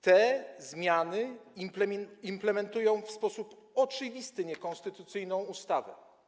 Te zmiany implementują w sposób oczywisty niekonstytucyjną ustawę.